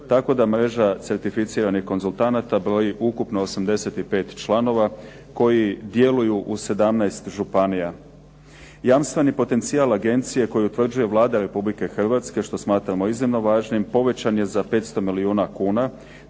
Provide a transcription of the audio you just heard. tako da mreža certificiranih konzultanata broji ukupno 85 članova koji djeluju u 17 županija. Jamstveni potencijal agencije koji utvrđuje Vlada Republike Hrvatske što smatramo iznimno važnim povećan je za 500 milijuna kuna